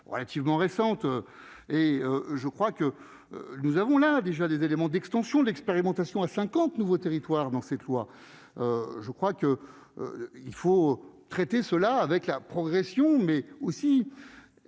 relativement récente et je crois que nous avons là déjà des éléments d'extension l'expérimentation à 50 nouveaux territoires dans cette loi, je crois que il faut traiter cela avec la progression, mais aussi